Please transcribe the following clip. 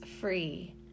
free